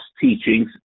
teachings